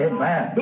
Amen